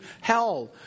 hell